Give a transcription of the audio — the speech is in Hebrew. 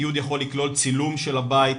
התיעוד יכול לכלול צילום של הבית,